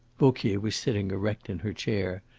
vauquier was sitting erect in her chair,